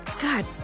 God